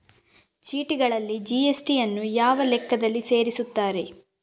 ಚೀಟಿಗಳಲ್ಲಿ ಜಿ.ಎಸ್.ಟಿ ಯನ್ನು ಯಾವ ಲೆಕ್ಕದಲ್ಲಿ ಸೇರಿಸುತ್ತಾರೆ?